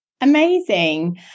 amazing